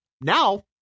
Now